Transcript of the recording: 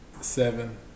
Seven